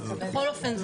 בכל אופן,